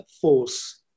force